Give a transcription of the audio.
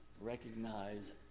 recognize